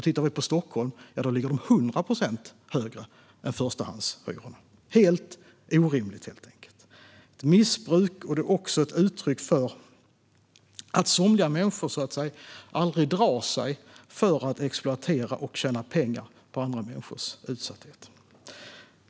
I Stockholm ligger de 100 procent högre än förstahandshyrorna. Det är helt enkelt helt orimligt. Det är ett missbruk och också ett uttryck för att somliga människor aldrig drar sig för att exploatera och tjäna pengar på andra människors utsatthet.